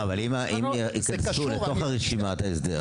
אבל אם הם ייכנסו לתוך רשימת ההסדר ?